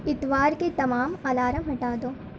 اتوار کے تمام الارم ہٹا دو